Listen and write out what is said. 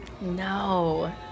No